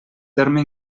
terme